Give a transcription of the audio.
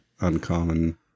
uncommon